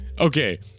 Okay